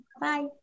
bye